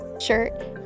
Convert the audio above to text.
shirt